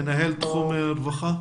מנהל תחום רווחה,